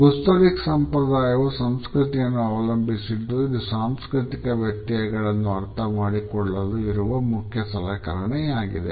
ಗುಸ್ಟಾರಿಕ್ಸ್ ಸಂಪ್ರದಾಯವು ಸಂಸ್ಕೃತಿಯನ್ನು ಅವಲಂಬಿಸಿದ್ದು ಇದು ಸಾಂಸ್ಕೃತಿಕ ವ್ಯತ್ಯಯಗಳನ್ನು ಅರ್ಥಮಾಡಿಕೊಳ್ಳಲು ಇರುವ ಮುಖ್ಯ ಸಲಕರಣೆಯಾಗಿದೆ